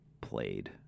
played